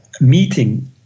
meeting